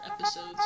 episodes